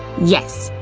yes,